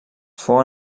fou